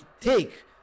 take